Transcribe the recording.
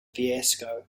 fiasco